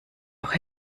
auch